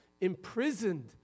Imprisoned